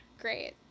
Great